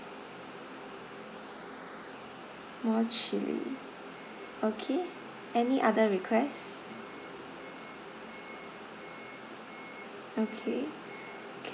more chilli okay any other requests okay